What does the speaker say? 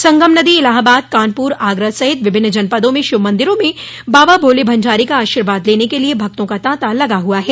संगम नदी इलाहाबाद कानपुर आगरा सहित विभिन्न जनपदों में शिव मंदिरों में बाबा भोले भंडारी का आशीर्वाद लेने के लिए भक्तों का तांता लगा हुआ है